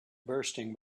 bursting